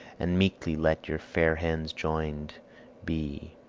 and meekly let your fair hands joined be